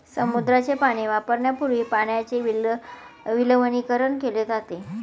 समुद्राचे पाणी वापरण्यापूर्वी पाण्याचे विलवणीकरण केले जाते